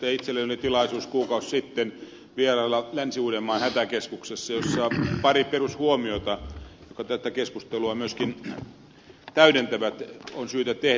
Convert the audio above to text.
itselläni oli tilaisuus kuukausi sitten vierailla länsi uudenmaan hätäkeskuksessa josta pari perushuomiota jotka tätä keskustelua myöskin täydentävät on syytä tehdä